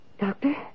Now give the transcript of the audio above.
Doctor